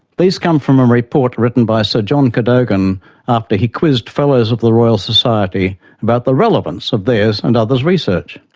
these come from a um report written by sir john cadogan after he quizzed fellows of the royal society about the relevance of theirs' and others research.